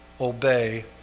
obey